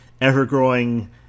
ever-growing